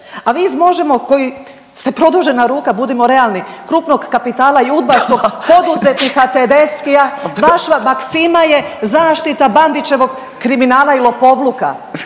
A vi iz Možemo koji ste produžena ruka budimo realni krupnog kapitala i udbaškog poduzetnika Tedeschia vaša maksimka je zaštita Bandićevog kriminala i lopovluka.